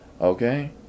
Okay